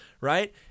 Right